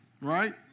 right